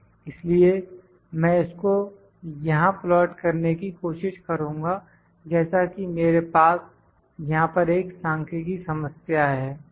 इसलिए मैं इसको यहां प्लाट करने की कोशिश करूंगा जैसा कि मेरे पास यहां पर एक सांख्यिकी समस्या है